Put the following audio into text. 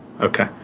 okay